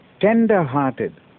tender-hearted